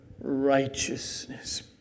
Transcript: righteousness